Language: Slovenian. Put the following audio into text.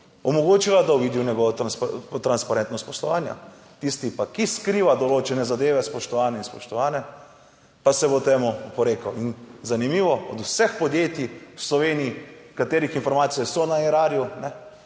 omogočila, da bo videl njegovo transparentnost poslovanja. Tisti pa, ki skriva določene zadeve, spoštovani in spoštovane, pa se bo temu oporekal. In zanimivo, od vseh podjetij v Sloveniji, katerih informacije so na Erarju,